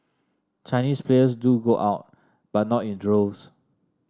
chinese players do go out but not in droves